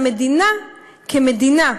המדינה כמדינה,